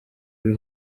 b’i